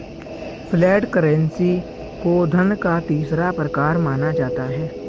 flat currency को धन का तीसरा प्रकार माना जाता है